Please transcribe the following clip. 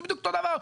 זה בדיוק אותו דבר.